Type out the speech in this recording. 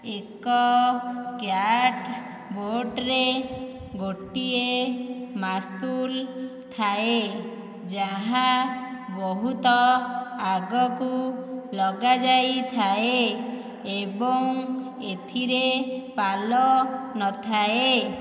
ଏକ କ୍ୟାଟବୋଟ୍ରେ ଗୋଟିଏ ମାସ୍ତୁଲ୍ ଥାଏ ଯାହା ବହୁତ ଆଗକୁ ଲଗାଯାଇଥାଏ ଏବଂ ଏଥିରେ ପାଲ ନଥାଏ